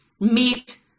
meat